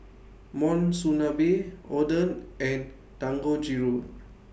Monsunabe Oden and Dangojiru